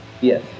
Yes